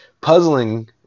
puzzling